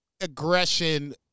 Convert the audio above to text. aggression